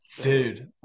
Dude